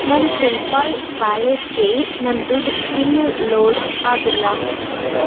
ನನ್ನ PayPal ವ್ಯಾಲೆಟ್ಗೆ ನನ್ನ ದುಡ್ಡು ಇನ್ನೂ ಲೋಡ್ ಆಗಿಲ್ಲ